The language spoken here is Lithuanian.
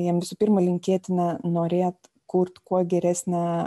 jiem visų pirma linkėtina norėt kurt kuo geresnę